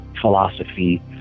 philosophy